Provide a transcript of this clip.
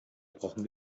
brauchen